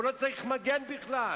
הוא לא צריך מגן בכלל.